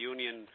Union